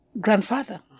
grandfather